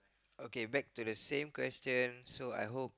okay back to the same question so I hope